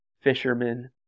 fishermen